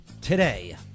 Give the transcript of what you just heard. today